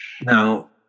Now